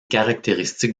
caractéristiques